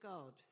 God